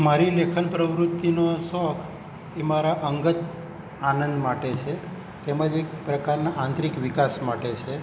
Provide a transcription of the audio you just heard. મારી લેખન પ્રવૃત્તિનો આ શોખ એ મારા અંગત આનંદ માટે છે તેમજ એક પ્રકારના આંતરિક વિકાસ માટે છે